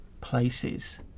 places